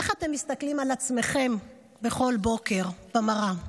איך אתם מסתכלים על עצמכם בכל בוקר במראה?